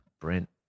Brent